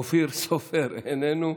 אופיר סופר, איננו,